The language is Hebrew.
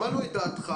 שמענו את דעתך,